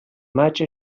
maig